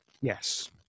Yes